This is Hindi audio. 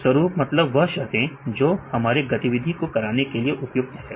स्वरूप मतलब वह शर्तें जो हमारे गतिविधि को करवाने के लिए उपयुक्त है